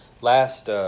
Last